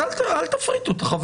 אז אל תחריגו את החברות.